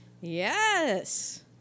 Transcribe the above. Yes